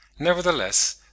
Nevertheless